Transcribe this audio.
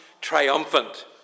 triumphant